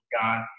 God